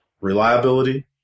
reliability